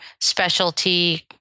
specialty